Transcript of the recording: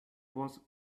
was